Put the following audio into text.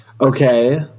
Okay